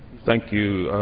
thank you.